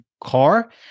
car